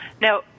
Now